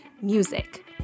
music